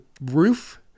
roof